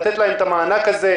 לתת להם את המענק הזה,